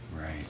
Right